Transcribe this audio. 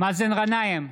מאזן גנאים,